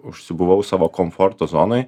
užsibuvau savo komforto zonoj